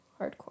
Hardcore